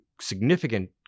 significant